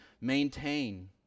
maintain